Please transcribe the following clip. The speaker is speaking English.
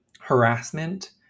harassment